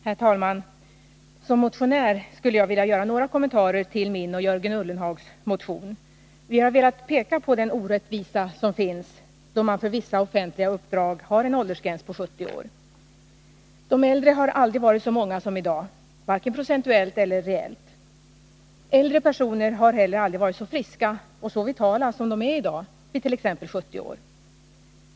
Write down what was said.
Herr talman! Som motionär skulle jag vilja göra några kommentarer till min och Jörgen Ullenhags motion. Vi har velat peka på den orättvisa som finns, då man för vissa offentliga uppdrag har en åldersgräns på 70 år. De äldre har aldrig varit så många som i dag — vare sig procentuellt eller reellt. Äldre personer har heller aldrig varit så friska och vitala som de är i dag vid t.ex. 70 år.